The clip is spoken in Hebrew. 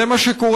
זה מה שקורה.